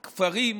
כפרים,